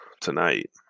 tonight